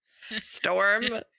Storm